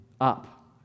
up